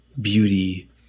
beauty